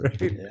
right